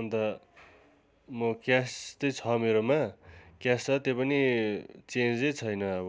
अन्त म क्यास चाहिँ छ मेरोमा क्यास छ त्यो पनि चेन्जै छैन अब